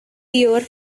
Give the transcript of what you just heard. pure